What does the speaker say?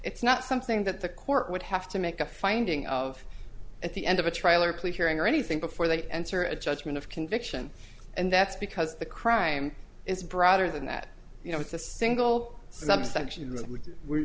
it's not something that the court would have to make a finding of at the end of a trial or police hearing or anything before they enter a judgment of conviction and that's because the crime is broader than that you know it's a single subsection w